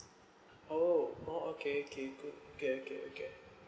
oh oh okay okay okay okay okay okay